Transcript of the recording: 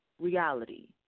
reality